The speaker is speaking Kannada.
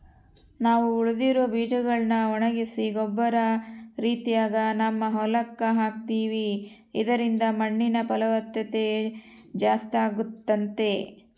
ನಾವು ಉಳಿದಿರೊ ಬೀಜಗಳ್ನ ಒಣಗಿಸಿ ಗೊಬ್ಬರ ರೀತಿಗ ನಮ್ಮ ಹೊಲಕ್ಕ ಹಾಕ್ತಿವಿ ಇದರಿಂದ ಮಣ್ಣಿನ ಫಲವತ್ತತೆ ಜಾಸ್ತಾಗುತ್ತೆ